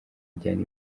ajyane